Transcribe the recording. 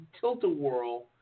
Tilt-A-Whirl